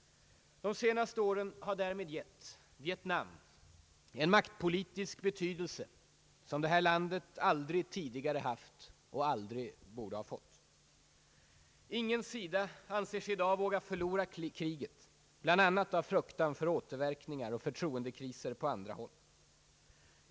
De senaste åren har därmed gett Vietnam en maktpolitisk betydelse som detta land aldrig tidigare haft och aldrig borde ha fått. Ingen sida anser sig i dag våga förlora kriget bl.a. av fruktan för återverkningar och förtroendekriser på andra håll.